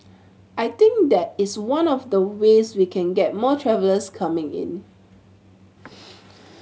I think that is one of the ways we can get more travellers coming in